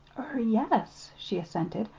er yes, she assented.